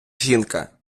жінка